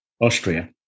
Austria